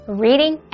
reading